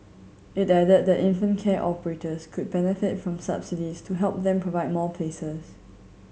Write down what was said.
it added that infant care operators could benefit from subsidies to help them provide more places